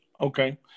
Okay